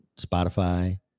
Spotify